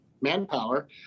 manpower